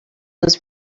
was